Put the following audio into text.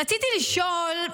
רציתי לשאול,